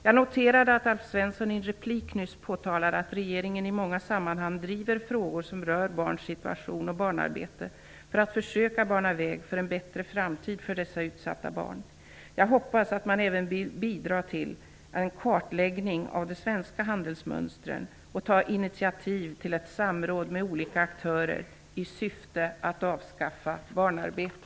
Jag noterade att Alf Svensson i en replik nyss påpekade att regeringen i många sammanhang driver frågor som rör barns situation och barnarbete för att försöka bana väg för en bättre framtid för dessa utsatta barn. Jag hoppas att man även bidrar till en kartläggning av de svenska handelsmönstren och tar initiativ till ett samråd med olika aktörer i syfte att avskaffa barnarbete.